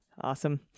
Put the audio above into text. Awesome